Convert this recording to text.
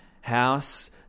house